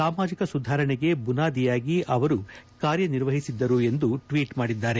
ಸಾಮಾಜಕ ಸುಧಾರಣೆಗೆ ಬುನಾದಿಯಾಗಿ ಅವರು ಕಾರ್ಯನಿರ್ವಹಿಸಿದ್ದರು ಎಂದು ಟ್ವೀಟ್ ಮಾಡಿದ್ದಾರೆ